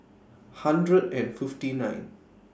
hundred and fifty nine